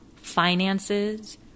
Finances